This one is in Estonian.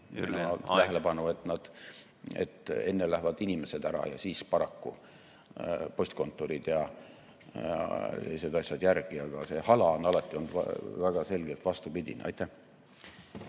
Juhin tähelepanu, et enne lähevad inimesed ära ja siis paraku postkontorid ja teised asjad järgi. Aga see hala on alati olnud väga selgelt vastupidine. Aitäh!